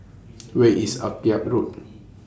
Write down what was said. Where IS Akyab Road